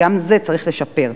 וגם זה צריך לשפר.